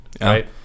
right